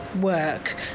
work